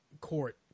court